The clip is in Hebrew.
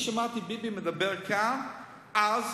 אני שמעתי את ביבי מדבר כאן אז,